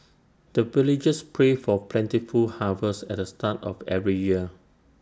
the villagers pray for plentiful harvest at the start of every year